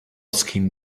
skin